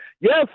yes